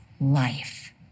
life